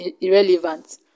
irrelevant